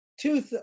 two